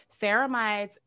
ceramides